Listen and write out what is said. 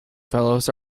fellows